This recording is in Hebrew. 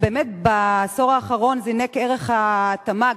באמת בעשור האחרון זינק ערך התמ"ג,